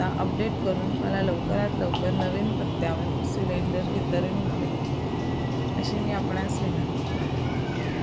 पत्ता अपडेट करून मला लवकरात लवकर नवीन पत्त्यावर सिलेंडर वितरण व्हावे अशी मी आपणास विनंती करते